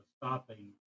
stopping